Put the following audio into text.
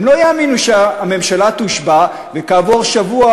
הם לא יאמינו שהממשלה תושבע וכעבור שבוע